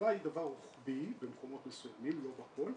מרכב"ה היא דבר רוחבי, במקומות מסוימים, לא בכול,